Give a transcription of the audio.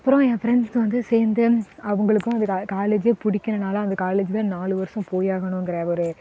அப்புறம் என் ஃப்ரண்ட்ஸ் வந்து சேர்ந்து அவங்களுக்கும் அந்த கா காலேஜே பிடிக்கலனாலும் அந்த காலேஜ் தான் நாலு வருஷம் போய் ஆகணுங்கிற ஒரு